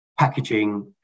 Packaging